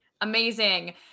Amazing